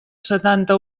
setanta